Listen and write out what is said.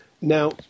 Now